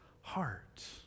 heart